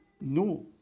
no